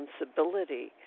responsibility